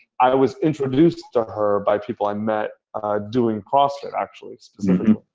i was introduced to her by people i met doing crossfit actually.